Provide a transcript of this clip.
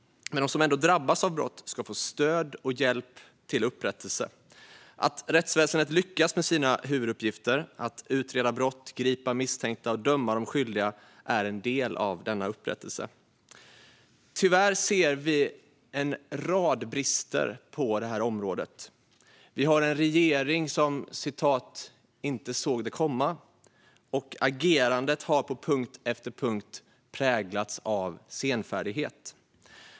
De som drabbas av brott ska få stöd och hjälp till upprättelse. Att rättsväsendet lyckas med sina huvuduppgifter, att utreda brott, gripa misstänkta och döma de skyldiga, är en del av denna upprättelse. Tyvärr ser vi en rad brister på det området. Vi har en regering som "inte såg det komma". Agerandet har också på punkt efter punkt präglats av senfärdighet.